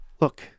look